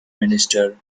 minister